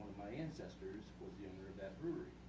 my ancestors was the owner of that brewery.